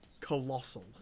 Colossal